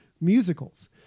musicals